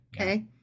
Okay